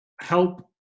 help